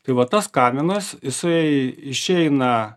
tai va tas kaminas jisai išeina